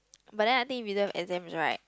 but then I think if we don't have exams right